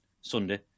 Sunday